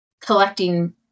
collecting